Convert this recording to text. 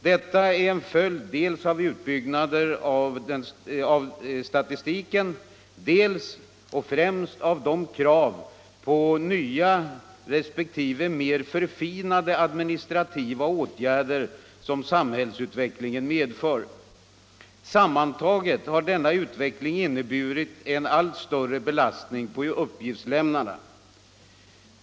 Detta är en följd dels av utbyggnader av statistiken, dels — och främst - av de krav på nya resp. mer förfinade administrativa åtgärder som samhällsutvecklingen medför. Sammantaget har denna utveckling inneburit en allt större belastning på uppgiftslämnarna.